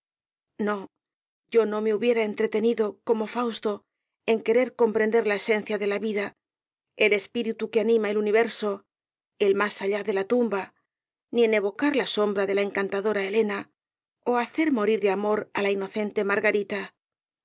no yo no me hubiera entretenido como fausto en querer comprender la esencia de la vida el espíritu que anima el universo el más allá de la tumba ni en evocar la sombra de la encantadora elena ó hacer morir de amor á la inocente margarita